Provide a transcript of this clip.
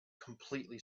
completely